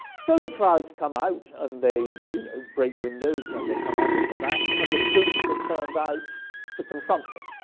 so the crowds come out and they you know break windows and they come out in the mass and the troops are turned out to confront them.